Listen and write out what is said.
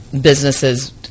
businesses